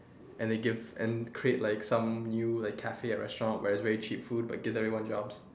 and then give and create like some new cafe and restaurants where there is very cheap food and then give everyone jobs